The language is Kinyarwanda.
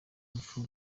impfu